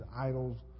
idols